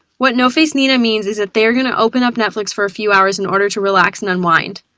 what nofacenina means is that they are gonna open up netflix for a few hours in order to relax and unwind.